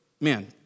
man